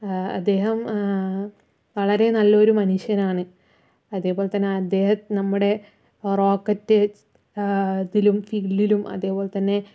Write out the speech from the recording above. അദ്ദേഹം വളരെ നല്ലൊരു മനുഷ്യനാണ് അതേപോലെതന്നെ അദ്ദേഹം നമ്മുടെ റോക്കറ്റ് ഇതിലും ഫീൽഡിലും അതേപോലെതന്നെ